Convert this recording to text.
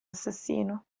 assassino